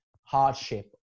hardship